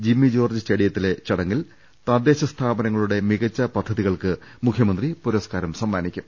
Jimmy George സ്റ്റേഡിയത്തിലെ ചടങ്ങിൽ തദ്ദേശ സ്ഥാപനങ്ങളുടെ മികച്ച പദ്ധതികൾക്ക് മുഖ്യമന്ത്രി പുരസ്കാരം സമ്മാനിക്കും